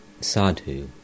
Sadhu